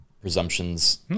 presumptions